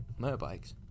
motorbikes